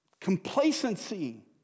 complacency